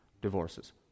divorces